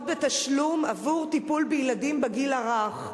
בתשלום עבור טיפול בילדים בגיל הרך,